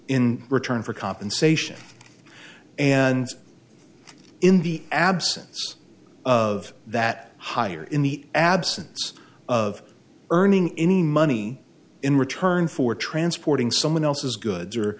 in return for compensation and in the absence of that hire in the absence of earning any money in return for transporting someone else's goods or